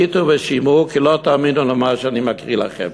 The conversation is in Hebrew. הסכיתו ושמעו, כי לא תאמינו למה שאני מקריא לכם.